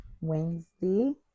Wednesday